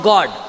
God